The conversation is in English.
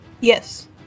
Yes